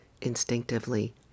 instinctively